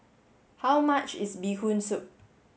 how much is bee Hoon soup